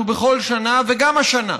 אנחנו בכל שנה, וגם השנה,